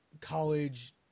college